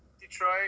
Detroit